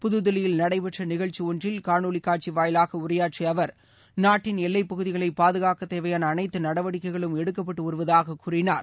புதுதில்லியில் நடைபெற்ற நிகழ்ச்சி ஒன்றில் காணொலி காட்சி வாயிலாக உரையாற்றிய அவர் நாட்டின் எல்லைப்பகுதிகளைப் பாதுகாக்கத் தேவையான அனைத்து நடவடிக்கைகளும் எடுக்கப்பட்டு வருவதாகக் கூறினார்